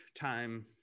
time